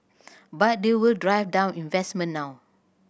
but they will drive down investment now